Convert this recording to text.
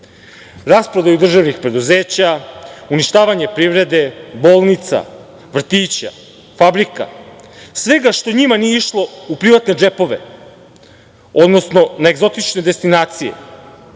Rasprodaju državnih preduzeća, uništavanje privrede, bolnica, vrtića, fabrika, svega što njima nije išlo u privatne džepove, odnosno na egzotične destinacije,